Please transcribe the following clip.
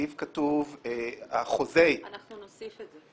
אנחנו נוסיף את זה.